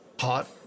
hot